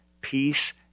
peace